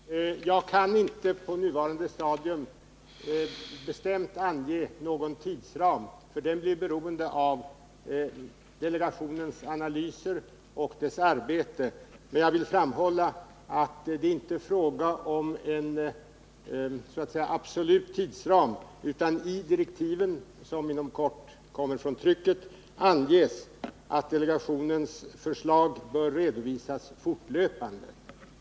Herr talman! Jag kan inte på nuvarande stadium bestämt ange någon tidsram, eftersom denna blir beroende av delegationens analyser och dess arbete. Men jag vill framhålla att det inte är fråga om en så att säga absolut tidsram, utan i direktiven, som inom kort kommer från trycket, anges att delegationens förslag bör redovisas fortlöpande.